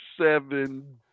seven